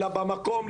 אלא במקום,